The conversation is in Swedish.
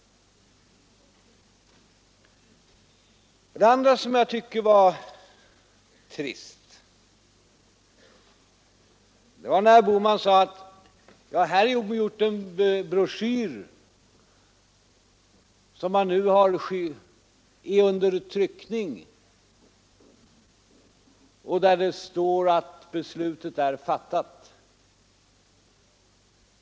Det andra jag tycker var trist var när herr Bohman sade att det i den broschyr som nu är under tryckning står att beslutet är fattat.